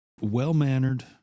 well-mannered